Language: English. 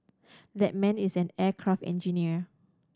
that man is an aircraft engineer